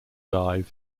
dive